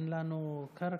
אין לנו קרקע?